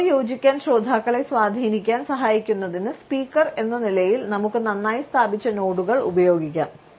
നമ്മളോട് യോജിക്കാൻ ശ്രോതാക്കളെ സ്വാധീനിക്കാൻ സഹായിക്കുന്നതിന് സ്പീക്കർ എന്ന നിലയിൽ നമുക്ക് നന്നായി സ്ഥാപിച്ച നോഡുകൾ ഉപയോഗിക്കാം